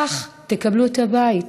כך תקבלו את הבית.